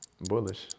Bullish